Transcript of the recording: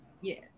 Yes